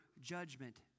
judgment